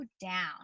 down